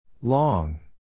Long